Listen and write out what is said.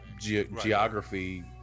geography